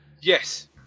Yes